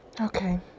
okay